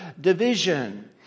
division